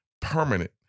permanent